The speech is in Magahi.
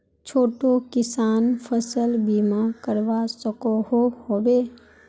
छोटो किसान फसल बीमा करवा सकोहो होबे?